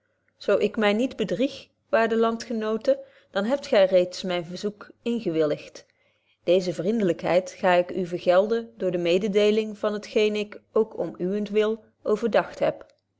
zo ik my niet bedrieg waarde landgenoten dan hebt gy reeds myn verzoek ingewilligt deeze vriendelykheid ga ik u vergelden door de mededeeling van hetgeen ik ook om uwent wil overdagt heb